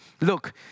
Look